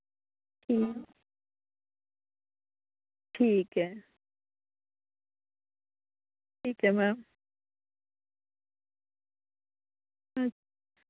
हां ठीक ऐ ठीक ऐ मैम